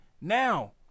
now